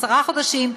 עשרה חודשים,